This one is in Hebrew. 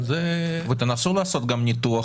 בדיון נרצה לקבל